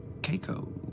Keiko